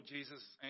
Jesus